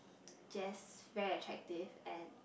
just very attractive and